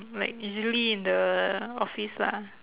like usually in the office lah